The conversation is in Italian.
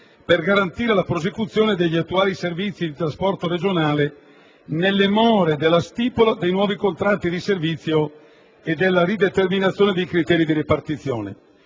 per garantire la prosecuzione degli attuali servizi di trasporto regionale nelle more della stipula dei nuovi contratti di servizio e della rideterminazione dei criteri di ripartizione.